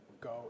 go